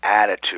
attitude